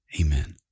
Amen